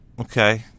Okay